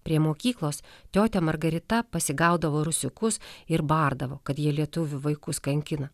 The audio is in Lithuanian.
prie mokyklos tiotia margarita pasigaudavo rusiukus ir bardavo kad jie lietuvių vaikus kankina